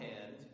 hand